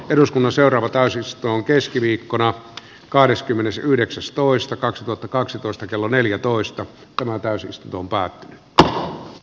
eduskunnan seuraava ikäisyys on keskiviikkona kahdeskymmenesyhdeksäs toista kaksituhattakaksitoista kello neljätoista tömäkäisyysdumpaa c a